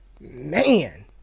man